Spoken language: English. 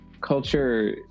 culture